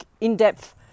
in-depth